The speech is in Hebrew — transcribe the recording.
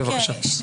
בבקשה.